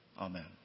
Amen